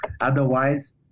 Otherwise